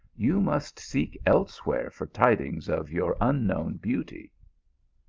you must seek elsewhere for tidings of your unknown beauty.